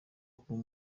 kuba